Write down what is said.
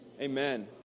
amen